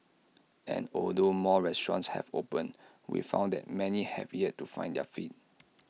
and although more restaurants have opened we found that many have yet to find their feet